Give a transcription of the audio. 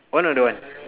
want or don't want